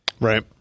Right